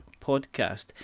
podcast